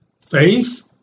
faith